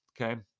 okay